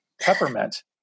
peppermint